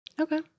okay